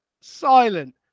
silent